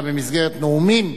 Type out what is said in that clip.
אלא במסגרת נאומים,